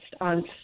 on